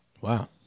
wow